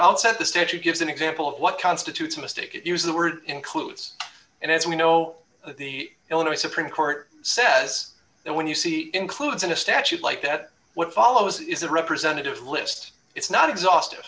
outset the statute gives an example of what constitutes a mistake to use the word includes and as we know the illinois supreme court says that when you see includes in a statute like that what follows is a representative list it's not exhaustive